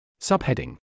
Subheading